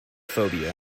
phobia